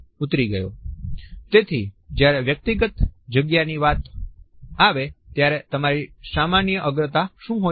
તેથી જ્યારે વ્યક્તિગત જગ્યાની વાત આવે ત્યારે તમારી સામાન્ય અગ્રતા શું હોય છે